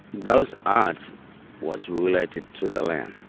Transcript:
those arts was related to the land.